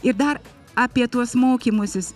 ir dar apie tuos mokymusis